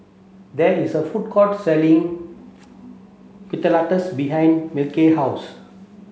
there is a food court selling behind house